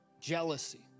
jealousy